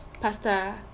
pasta